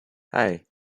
hey